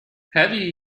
هذه